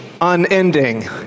unending